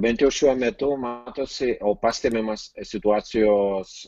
bent jau šiuo metu matosi o pastebimas situacijos